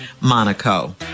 Monaco